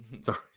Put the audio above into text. Sorry